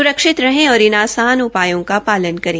स्रक्षित रहें और इन आसान उपायों का पालन करें